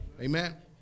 Amen